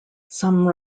some